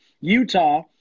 Utah